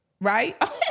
right